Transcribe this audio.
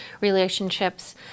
relationships